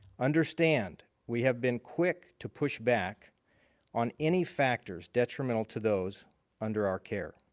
understand we have been quick to push back on any factors detrimental to those under our care.